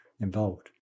involved